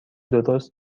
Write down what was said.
درست